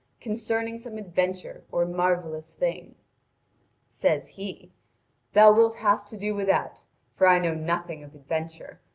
concerning some adventure or marvellous thing says he thou wilt have to do without, for i know nothing of adventure,